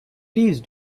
please